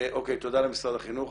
תודה למשרד החינוך.